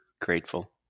grateful